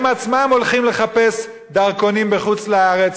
הם עצמם הולכים לחפש דרכונים בחוץ-לארץ